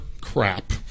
crap